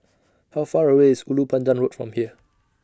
How Far away IS Ulu Pandan Road from here